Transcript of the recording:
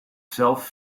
zelf